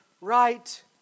right